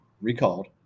recalled